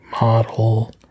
Model